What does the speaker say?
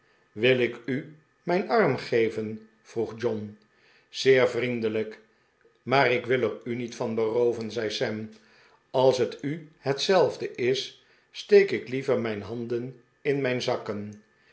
wil ik u mijn arm geven vroeg john zeer vriendelijk maar ik wil er u niet van berooven zei sam als het u hetzelfde is steek ik liever mijn handen in mijn zakken